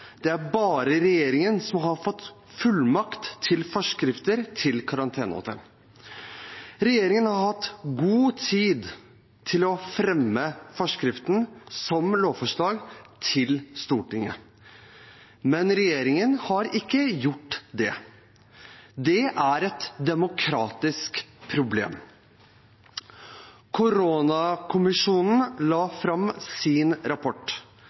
regjeringen har bare fått fullmakt til å lage forskrifter om karantenehotell. Regjeringen har hatt god tid til å fremme forskriften som lovforslag til Stortinget, men regjeringen har ikke gjort det. Det er et demokratisk problem. Koronakommisjonen la fram sin rapport